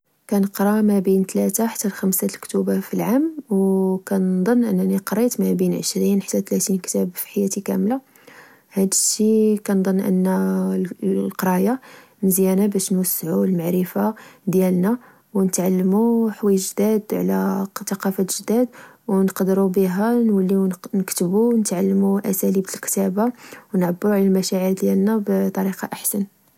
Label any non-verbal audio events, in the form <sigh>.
كنقرى ما بين تلاتة حتى خمسة لكتوبا في العام، وكنظن أنني قريت ما بين عشرين حتى تلاتين كتاب فحياتي كاملة. هادشي <hesitation> كنظن أنا القراية مزيانة باش نوسعو المعرفة ديالنا ونتعلمو حوايج جداد على تقافات جداد، ونقدرو بها نوليو نكتبو ونتعلمو أساليب الكتابة، ونعبرو على المشاعر ديالنا بطريقة أحسن